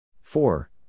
four